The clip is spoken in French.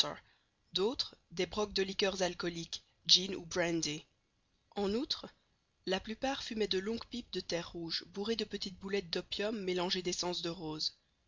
d'autres des brocs de liqueurs alcooliques gin ou brandy en outre la plupart fumaient de longues pipes de terre rouge bourrées de petites boulettes d'opium mélangé d'essence de rose